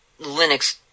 Linux